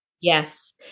Yes